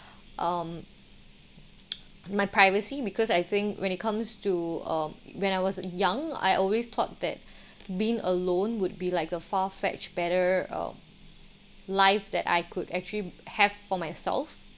um my privacy because I think when it comes to um when I was young I always thought that being alone would be like a far fetch better uh life that I could actually have for myself